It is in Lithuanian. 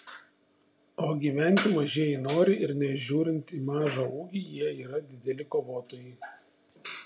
o gyventi mažieji nori ir nežiūrint į mažą ūgį jie yra dideli kovotojai